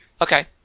Okay